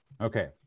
Okay